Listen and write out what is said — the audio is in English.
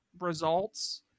results